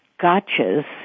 gotchas